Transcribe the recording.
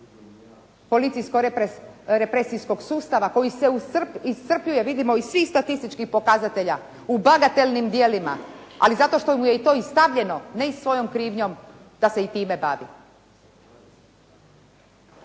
policijsko reprecijskog sustava koji se iscrpljuje, vidimo iz svih statističkih pokazatelja u bagatelnim dijelovima, ali zato što mu je to i stavljeno, ne i svojom krivnjom, da se i time bavi.